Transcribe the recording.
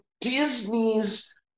Disney's